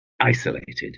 isolated